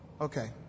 Okay